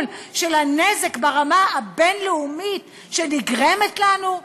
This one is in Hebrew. של הנזק ברמה הבין-לאומית שנגרם לנו?